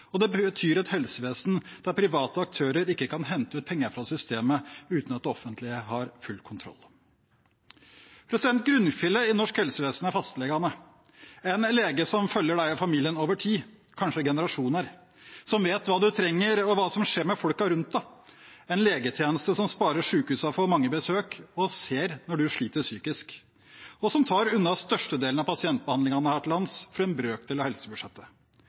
og det betyr et helsevesen der private aktører ikke kan hente ut penger fra systemet uten at det offentlige har full kontroll. Grunnfjellet i norsk helsevesen er fastlegene, en lege som følger deg og familien over tid – kanskje generasjoner – som vet hva du trenger, og hva som skjer med folka rundt deg; en legetjeneste som sparer sykehusene for mange besøk og ser når du sliter psykisk, og som tar unna størstedelen av pasientbehandlingene her til lands for en brøkdel av helsebudsjettet.